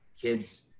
kids